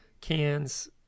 cans